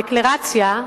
הדקלרציה,